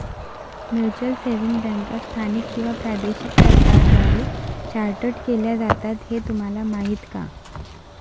Mutual savings बँका स्थानिक किंवा प्रादेशिक सरकारांद्वारे चार्टर्ड केल्या जातात हे तुम्हाला माहीत का?